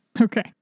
Okay